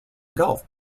gulf